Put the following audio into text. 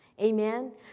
Amen